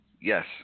yes